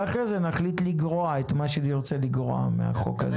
ואחרי זה נחליט לגרוע את מה שנרצה לגרוע מהחוק הזה.